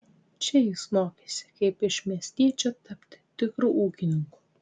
čia jis mokėsi kaip iš miestiečio tapti tikru ūkininku